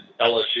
LSU